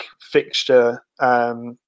fixture